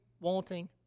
wanting